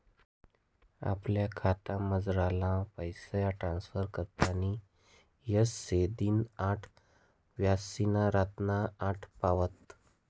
आपला खातामझारला पैसा ट्रांसफर करानी येय शे दिनना आठ वाज्यापायीन रातना आठ पावत